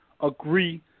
agree